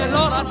Lord